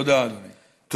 תודה, אדוני.